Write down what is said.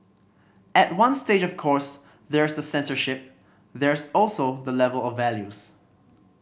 at one stage of course there's the censorship there's also the level of values